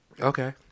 Okay